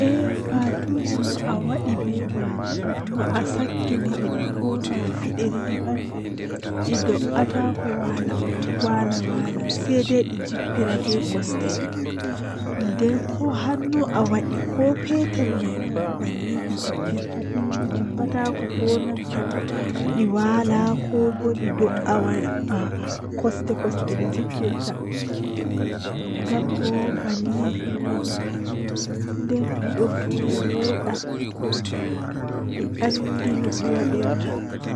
Arandewol kam mi wiyan mo o tokka nyamugo haakooji ledde ledde o tokka nyamugo ledde taa otokka nyamugo hundeeji be sorata haa shagooji jei bendata lawlaw do wadan dum naa nyamdu jei beddinda goddo njamu ngamman o tokka nyamugo haakooji ledde